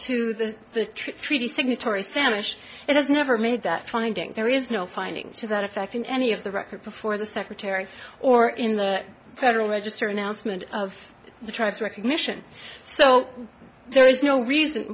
to the treaty signatory sanish it has never made that finding there is no findings to that effect in any of the record before the secretary or in the federal register announcement of the tribes recognition so there is no reason